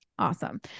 Awesome